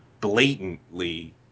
Blatantly